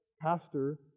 pastor